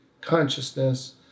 consciousness